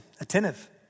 attentive